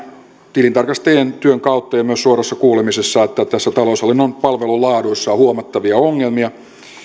tilintarkastajien työn kautta ja myös suorassa kuulemisessa että tässä taloushallinnon palvelun laadussa on huomattavia ongelmia